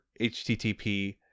HTTP